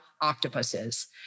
octopuses